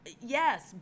Yes